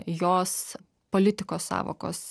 jos politikos sąvokos